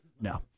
No